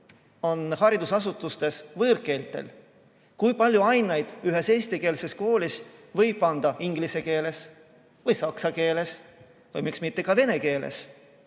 on haridusasutustes võõrkeeltel? Kui palju aineid ühes eestikeelses koolis võib anda inglise keeles või saksa keeles või miks mitte ka vene keeles?